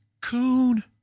coon